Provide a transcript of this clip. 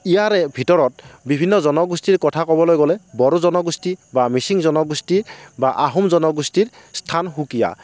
ইয়াৰে ভিতৰত বিভিন্ন জনগোষ্ঠীৰ কথা ক'বলৈ গ'লে বড়ো জনগোষ্ঠী বা মিচিং জনগোষ্ঠী বা আহোম জনগোষ্ঠীৰ স্থান সুকীয়া